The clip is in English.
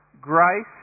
grace